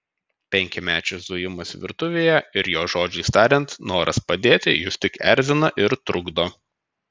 penkiamečio zujimas virtuvėje ir jo žodžiais tariant noras padėti jus tik erzina ir trukdo